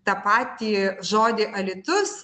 tą patį žodį alytus